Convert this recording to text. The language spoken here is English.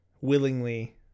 willingly